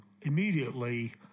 immediately